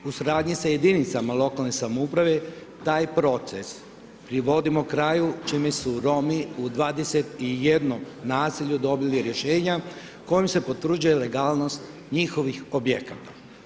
U suradnji sa jedinicama lokalne samouprave, taj proces, privodimo kraju čime su Romi u 21 naselju, dobili Rješenja, kojim se potvrđuje legalnost njihovih objekata.